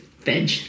veg